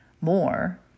more